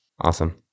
Awesome